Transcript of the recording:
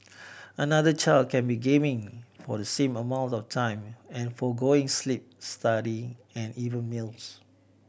another child can be gaming for the same amount of time and forgoing sleep studying and even meals